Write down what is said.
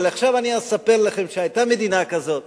אבל עכשיו אני אספר לכם שהיתה מדינה כזו.